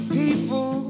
people